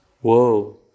Whoa